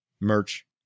merch